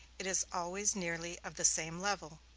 it is always nearly of the same level,